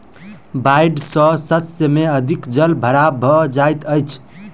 बाइढ़ सॅ शस्य में अधिक जल भराव भ जाइत अछि